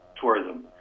tourism